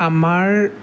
আমাৰ